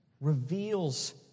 reveals